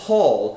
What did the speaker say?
Paul